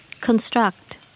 Construct